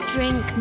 Drink